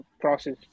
process